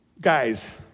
guys